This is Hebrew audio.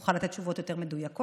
נוכל לתת תשובות יותר מדויקות,